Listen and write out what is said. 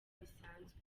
bisanzwe